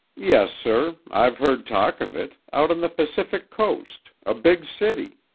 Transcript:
yes, sir. i've heard talk of it out on the pacific coast, a big city.